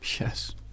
Yes